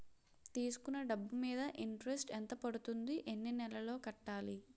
తీసుకున్న డబ్బు మీద ఇంట్రెస్ట్ ఎంత పడుతుంది? ఎన్ని నెలలో కట్టాలి?